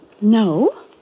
No